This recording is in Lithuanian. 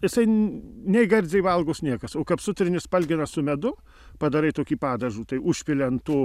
jisai nei gardziai valgos niekas o kap sutrini spalgeles su medu padarai tokį padažų tai užpyli ant to